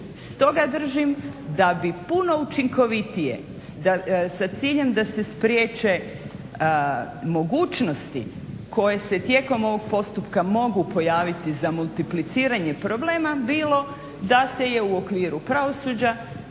Stoga držim da bi puno učinkovitije sa ciljem da se spriječe mogućnosti koje se tijekom ovog postupka mogu pojaviti za multipliciranje problema bilo da se je u okviru pravosuđa